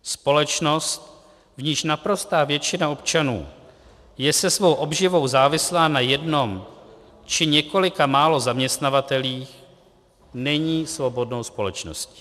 Společnost, v níž naprostá většina občanů je se svou obživou závislá na jednom či několika málo zaměstnavatelích, není svobodnou společností.